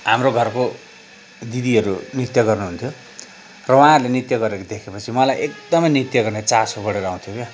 हाम्रो घरको दिदीहरू नृत्य गर्नुहुन्थ्यो र उहाँहरूले नृत्य गरेको देखेपछि मलाई एकदमै नृत्य गर्ने चासो बढेर आउँथ्यो क्या